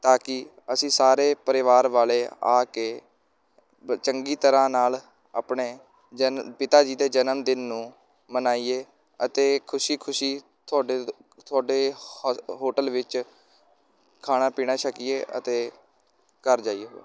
ਤਾਂ ਕਿ ਅਸੀਂ ਸਾਰੇ ਪਰਿਵਾਰ ਵਾਲੇ ਆ ਕੇ ਬ ਚੰਗੀ ਤਰ੍ਹਾਂ ਨਾਲ ਆਪਣੇ ਜਨ ਪਿਤਾ ਜੀ ਦੇ ਜਨਮ ਦਿਨ ਨੂੰ ਮਨਾਈਏ ਅਤੇ ਖੁਸ਼ੀ ਖੁਸ਼ੀ ਤੁਹਾਡੇ ਤੁਹਾਡੇ ਹੋ ਹੋਟਲ ਵਿੱਚ ਖਾਣਾ ਪੀਣਾ ਛਕੀਏ ਅਤੇ ਘਰ ਜਾਈਏ